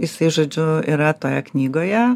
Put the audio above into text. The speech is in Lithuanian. jisai žodžiu yra toje knygoje